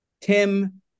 Tim